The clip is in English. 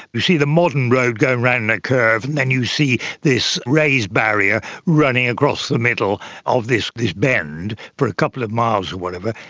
you see the modern road going around in a curve, and then you see this raised barrier running across the middle of this this bent and for a couple of miles or whatever.